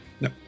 No